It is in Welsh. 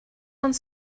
ond